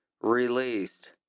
released